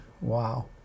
Wow